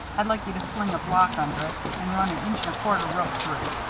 i'd like you to sling a block under it and run an inch-and-a-quarter rope through.